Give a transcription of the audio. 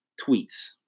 tweets